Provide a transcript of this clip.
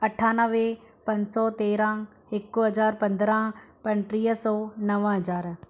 अठानवे पंज सौ तेरहं हिकु हज़ार पंद्रहं पंटीह सौ नव हज़ार